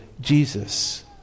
Jesus